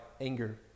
anger